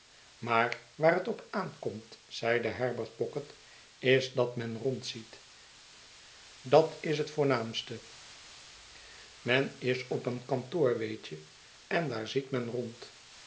maar waar het op aankomt zeide herbert pocket is dat men rondziet dat is het voornaamste men is op een kantoor weet je en daar ziet men rond